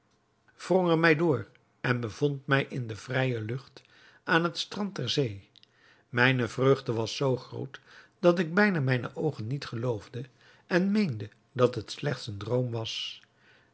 er mij door en bevond mij in de vrije lucht aan het strand der zee mijne vreugde was zoo groot dat ik bijna mijne oogen niet geloofde en meende dat het slechts een droom was